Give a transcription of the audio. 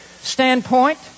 standpoint